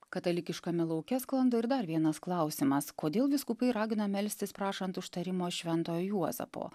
katalikiškame lauke sklando ir dar vienas klausimas kodėl vyskupai ragina melstis prašant užtarimo šventojo juozapo